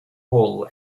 wool